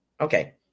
Okay